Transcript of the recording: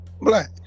Black